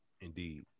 Indeed